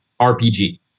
RPG